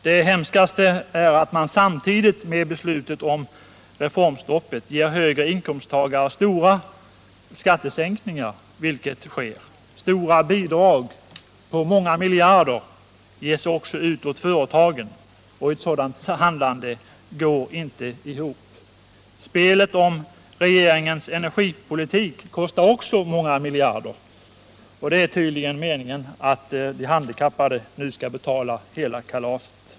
Det hemskaste är att man samtidigt med beslutet om reformstoppet ger högre inkomsttagare stora skattesänkningar. Stora bidrag, på många miljarder kronor, ges också ut åt företagen. Ett sådant handlande går inte ihop. Också spelet om regeringens energipolitik kostar många miljarder, och det är tydligen meningen att de handikappade nu skall betala hela kalaset.